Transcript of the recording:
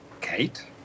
Kate